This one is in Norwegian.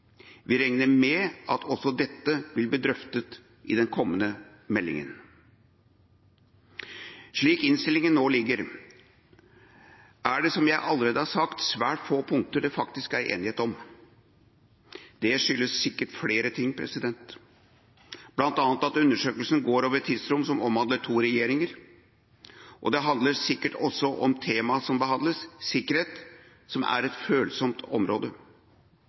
Vi regner med at også dette vil bli drøftet i den kommende meldingen. Slik innstillingen nå ligger, er det, som jeg allerede har sagt, svært få punkter det faktisk er enighet om. Det skyldes sikkert flere ting, bl.a. at undersøkelsen går over et tidsrom som omhandler to regjeringer, og det handler sikkert også om at temaet som behandles – sikkerhet – er et følsomt område.